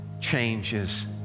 changes